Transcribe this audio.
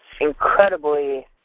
incredibly